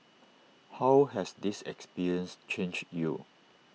how has this experience changed you